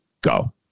Go